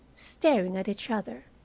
staring at each other.